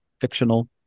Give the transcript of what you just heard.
fictional